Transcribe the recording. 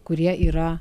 kurie yra